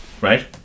Right